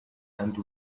and